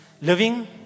living